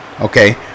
okay